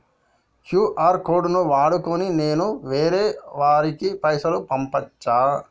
QR code ను వాడుకొని నేను వేరే వారికి పైసలు పంపచ్చా?